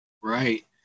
Right